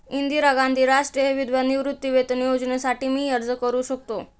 इंदिरा गांधी राष्ट्रीय विधवा निवृत्तीवेतन योजनेसाठी मी अर्ज करू शकतो?